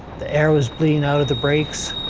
the air was bleeding out of the brakes.